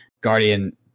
guardian